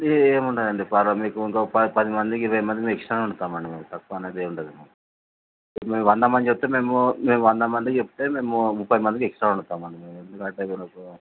ఏం ఉండదండి మీకు ఇంకో పది మందికి ఇరవై మందికి ఎక్స్ట్రానే వండుతామండి మేము తక్కువనేది ఏం ఉండదు మ్యామ్ మీరు వంద మంది చెప్తే మేము మీరు వంద మందికి చెప్తే మేము ముప్పై మందికి ఎక్స్ట్రా వండుతామండి మేము ఎందుకు